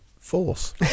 force